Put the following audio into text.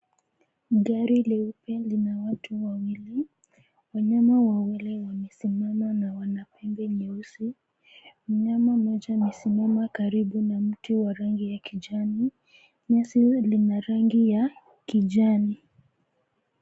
Gari leupe lina na watu wawili. Wanyama wawili wamesimama na wana pembe nyeusi. Mnyama mmoja amesimama karibu na mti wa rangi ya kijani. Nyasi lina rangi ya kijani.